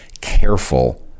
careful